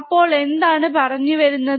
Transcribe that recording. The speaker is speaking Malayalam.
അപ്പോൾ എന്താണ് പറഞ്ഞു വരുന്നത്